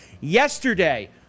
Yesterday